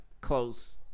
Close